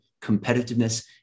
competitiveness